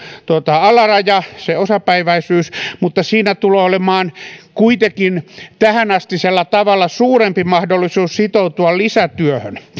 alaraja se osapäiväisyys mutta siinä tulee olemaan kuitenkin tähänastisella tavalla suurempi mahdollisuus sitoutua lisätyöhön